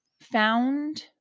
found